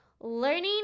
Learning